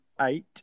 eight